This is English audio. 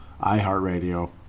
iHeartRadio